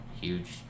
huge